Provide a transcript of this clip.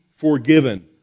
forgiven